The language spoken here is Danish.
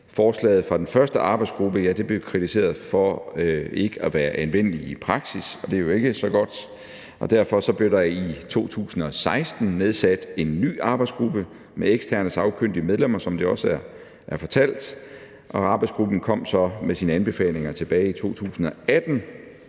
Forslaget fra den første arbejdsgruppe blev kritiseret for ikke at være anvendeligt i praksis, og det er jo ikke så godt, og derfor blev der i 2016 nedsat en ny arbejdsgruppe med eksterne sagkyndige medlemmer, som det også blev fortalt, og arbejdsgruppen kom med sine anbefalinger tilbage i 2018.